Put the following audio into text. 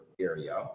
area